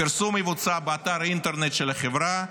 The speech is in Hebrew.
הפרסום יבוצע באתר האינטרנט של החברה,